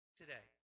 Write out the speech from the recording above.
today